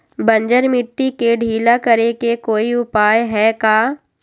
बंजर मिट्टी के ढीला करेके कोई उपाय है का?